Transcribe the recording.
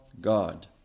God